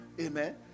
Amen